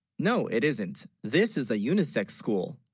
no, it isn't this is a unisex school